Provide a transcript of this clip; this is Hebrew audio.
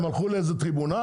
הם הלכו לאיזה טריבונל,